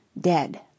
dead